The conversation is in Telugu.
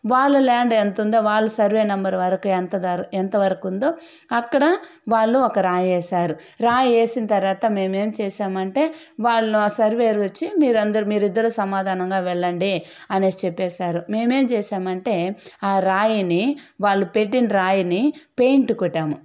వాళ్ళు ల్యాండ్ ఎంత ఉందో వాళ్ళ సర్వే నెంబర్ వరుకు ఎంతుందో ఎంతవరకు ఉందో అక్కడ వాళ్లు ఒక రాయి వేశారు రాయి వేసిన తర్వాత మేమేం చేసామంటే వాళ్లు ఆ సర్వేరు వచ్చి మీ ఇద్దరు సమాధానంగా వెళ్ళండి అని చెప్పేసి వెళ్లారు మేమేం చేసామంటే ఆ రాయిని వాళ్ళు పెట్టిన రాయిని పెయింట్ కొట్టాము